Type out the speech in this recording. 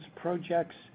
projects